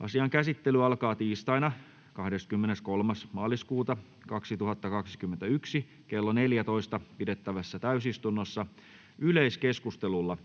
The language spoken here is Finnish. Asian käsittely alkaa tiistaina 23.3.2021 klo 14.00 pidettävässä täysistunnossa yleiskeskustelulla,